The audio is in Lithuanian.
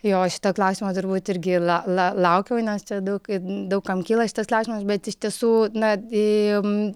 jo šitą klausimą turbūt irgi la la laukiau nes čia daug daug kam kyla šitas klausimas bet iš tiesų na